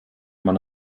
man